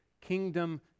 Kingdom